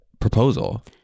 proposal